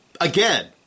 Again